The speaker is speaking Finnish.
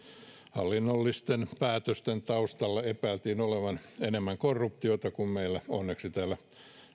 hallinnollisten päätösten taustalla epäiltiin olevan enemmän korruptiota kuin meillä onneksi täällä